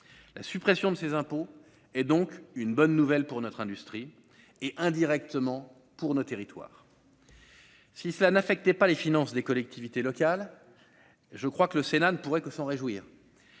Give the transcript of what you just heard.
la suppression de ses impôts et donc une bonne nouvelle pour notre industrie et indirectement pour nos territoires, si cela n'affectait pas les finances des collectivités locales, je crois que le Sénat ne pourrait que s'en réjouir